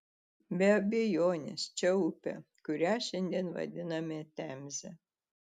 be abejonės čia upė kurią šiandien vadiname temze